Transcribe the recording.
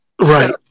right